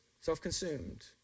self-consumed